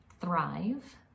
thrive